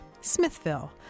Smithville